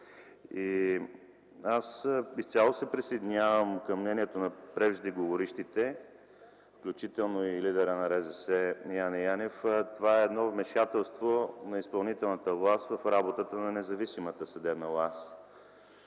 Изцяло се присъединявам към мнението на преждеговорившите, включително лидера на РЗС Яне Янев – това е вмешателство на изпълнителната власт в работата на независимата съдебна